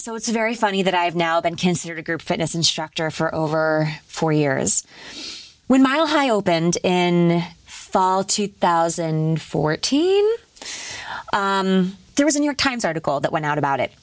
so it's very funny that i have now been considered a group fitness instructor for over four years when mile high opened in fall two thousand and fourteen there was a new york times article that went out about it